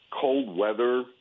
cold-weather